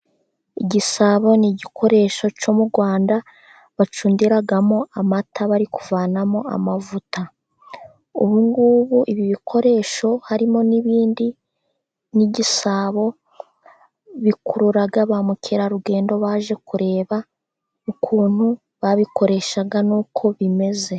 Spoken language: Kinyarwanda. Igisabo n'igikoresho cyo mu Rwanda bacundiramo amata bari kuvanamo amavuta, ubungubu ibi bikoresho harimo n'ibindi nk'igisabo, bikurura ba mukerarugendo baje kureba ukuntu babikoreshaga n'uko bimeze.